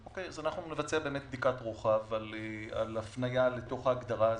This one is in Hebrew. אז אנחנו נבצע בדיקת רוחב על ההפניה להגדרה הזאת,